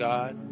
God